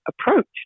approached